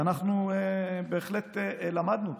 ואנחנו בהחלט למדנו אותה.